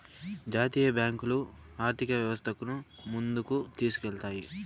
జాతీయ బ్యాంకులు ఆర్థిక వ్యవస్థను ముందుకు తీసుకెళ్తాయి